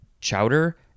chowder